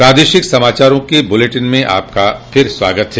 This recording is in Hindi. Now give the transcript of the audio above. प्रादेशिक समाचारों के इस बुलेटिन में आपका फिर से स्वागत है